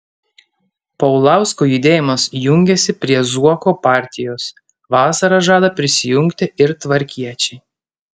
paulausko judėjimas jungiasi prie zuoko partijos vasarą žada prisijungti ir tvarkiečiai